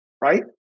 right